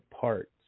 parts